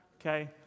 okay